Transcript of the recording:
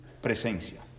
presencia